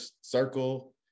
circle